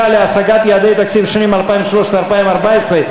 אדוני היושב-ראש,